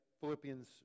Philippians